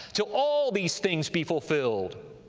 till all these things be fulfilled.